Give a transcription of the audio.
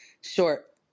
short